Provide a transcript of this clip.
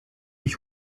ich